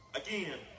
again